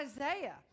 Isaiah